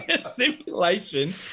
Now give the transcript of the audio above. simulation